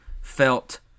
felt